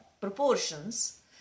proportions